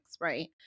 right